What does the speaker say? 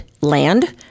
land